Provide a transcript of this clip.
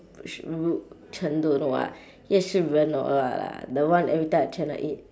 shi~ ru~ chen don't know what ye shi ren or what lah the one every time at channel eight